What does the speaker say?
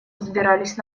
взбирались